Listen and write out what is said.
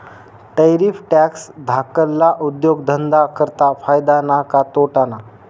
Tariff tax धाकल्ला उद्योगधंदा करता फायदा ना का तोटाना?